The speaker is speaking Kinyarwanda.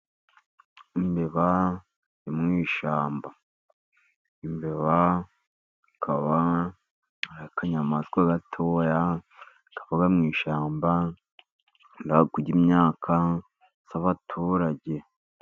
Imbeba yo mu ishyamba , imbeba ikaba ari akanyamaswa gatoya kaba mu ishyamba , gakunda kurya imyaka y'abaturage.